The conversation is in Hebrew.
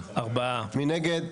מי נגד?